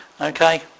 Okay